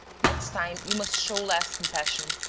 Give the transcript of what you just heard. next time, you must show less compassion.